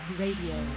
radio